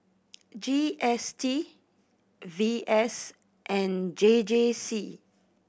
G S T V S and J J C